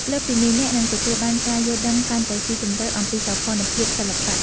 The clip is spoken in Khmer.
លើសពីនេះ អ្នកនឹងទទួលបានការយល់ដឹងកាន់តែស៊ីជម្រៅអំពីសោភ័ណភាពសិល្បៈ។